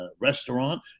restaurant